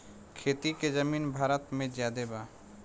खेती के जमीन भारत मे ज्यादे बा